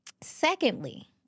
Secondly